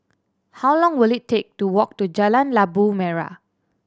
how long will it take to walk to Jalan Labu Merah